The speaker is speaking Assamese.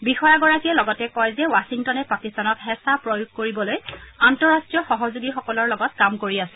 বিষয়াগৰাকীয়ে লগতে কয় যে ৱাধিংটনে পাকিস্তানক হেঁচা প্ৰয়োগ কৰিবলৈ আন্তঃৰাষ্ট্ৰীয় সহযোগীসকলৰ লগত কাম কৰি আছে